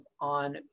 on